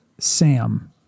sam